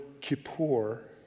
kippur